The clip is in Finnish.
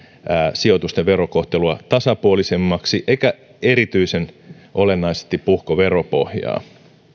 sijoitusten verokohtelua tasapuolisemmaksi eikä erityisen olennaisesti puhko veropohjaa